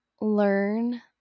learn